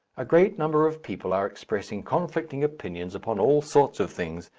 a great number of people are expressing conflicting opinions upon all sorts of things,